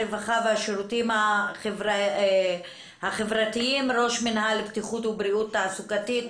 הרווחה והשירותים החברתיים ראש מינהל בטיחות ובריאות תעסוקתית,